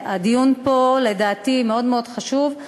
הדיון פה לדעתי מאוד מאוד חשוב,